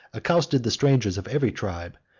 accosted the strangers of every tribe,